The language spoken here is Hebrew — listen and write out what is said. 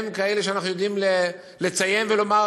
מהם כאלה שאנחנו יודעים לציין ולומר: